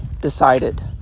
decided